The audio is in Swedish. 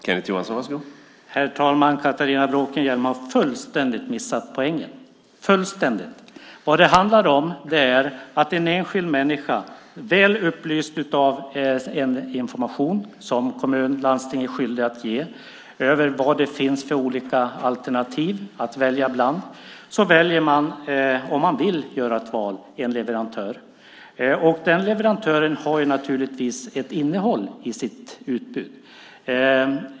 Herr talman! Catharina Bråkenhielm har fullständigt missat poängen. Det handlar om att en enskild människa, väl upplyst av den information som kommun och landsting är skyldiga att ge över vad det finns för olika alternativ att välja bland, väljer, om man vill göra ett val, en leverantör. Den leverantören har naturligtvis ett utbud.